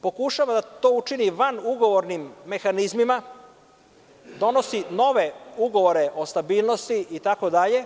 Pokušava to da učini vanugovornim mehanizmima i donosi nove ugovore o stabilnosti itd.